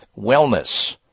wellness